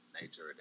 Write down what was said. nature